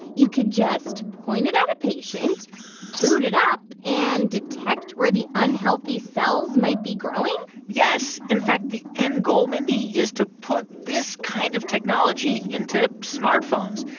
you could just point it at a patient. boot it up and detect where the unhealthy cells might be growing yes. in fact, the end goal, mindy, is to put this kind of technology into smartphones.